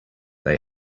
they